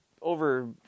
over